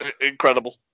Incredible